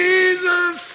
Jesus